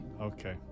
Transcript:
Okay